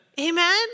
Amen